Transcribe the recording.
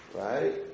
right